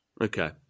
Okay